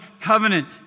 covenant